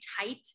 tight